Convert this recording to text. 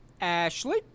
ashley